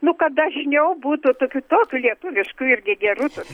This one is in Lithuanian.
nu kad dažniau būtų tokių tokių lietuviškų irgi gerų tokių